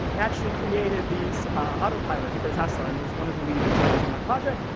actually created these autopilot for tesla. and was one of the lead engineers on that project.